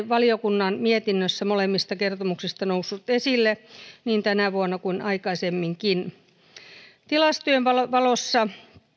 valiokunnan mietinnöissä molemmista kertomuksista noussut esille niin tänä vuonna kuin aikaisemminkin oikeusasiamiehen toiminta tilastojen valossa